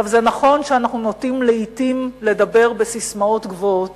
זה נכון שאנחנו נוטים לעתים לדבר בססמאות גבוהות,